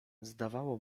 zdawało